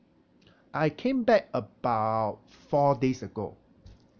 I came back about four days ago